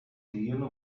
siguiendo